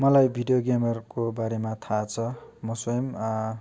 मलाई भिडियो गेमहरूको बारेमा थाहा छ म स्वयम्